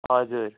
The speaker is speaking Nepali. हजुर